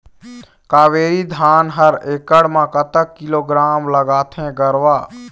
कावेरी धान हर एकड़ म कतक किलोग्राम लगाथें गरवा?